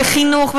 בחינוך,